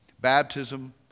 baptism